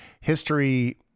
History